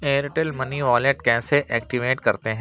Airtel money wallet کیسے activate کرتے ہیں